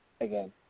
again